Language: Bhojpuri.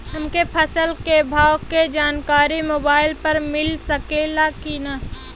हमके फसल के भाव के जानकारी मोबाइल पर मिल सकेला की ना?